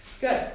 Good